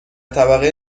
طبقه